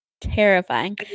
terrifying